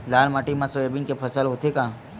लाल माटी मा सोयाबीन के फसल होथे का?